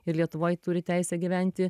ir lietuvoj turi teisę gyventi